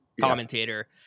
commentator